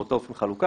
באותו אופן חלוקה,